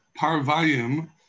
Parvayim